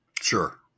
Sure